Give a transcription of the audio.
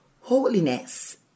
Holiness